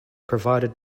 provided